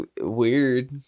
weird